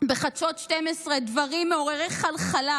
בחדשות 12 דברים מעוררי חלחלה,